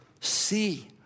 see